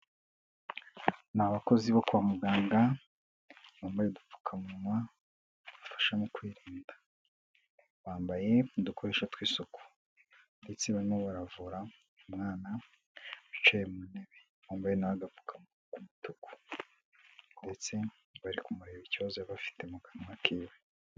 Ni abakozi bo kwa muganga bambaye udupfukamunwa tubafasha mu kwirinda, bambaye udukoresho tw'isuku ndetse barimo baravura umwana wicaye mu ntebe wambaye na we agapfukamuwa k'umutuku ndetse bari kumureba ikibazo yaba afite mu kanwa kiwe.